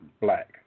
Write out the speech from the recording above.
black